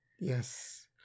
yes